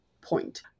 point